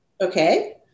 Okay